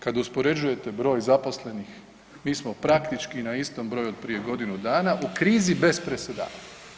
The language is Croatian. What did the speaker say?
Kad uspoređujete broj zaposlenih mi smo praktički na istom broju od prije godinu dana u krizi bez presedana.